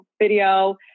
video